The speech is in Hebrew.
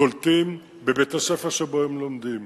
קולטים בבית-הספר שבו הם לומדים,